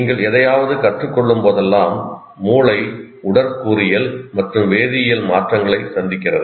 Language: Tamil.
நீங்கள் எதையாவது கற்றுக் கொள்ளும்போதெல்லாம் மூளை உடற்கூறியல் மற்றும் வேதியியல் மாற்றங்களைச் சந்திக்கிறது